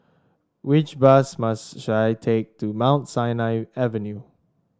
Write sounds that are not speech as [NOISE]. which bus [UNINTELLIGIBLE] should I take to Mount Sinai Avenue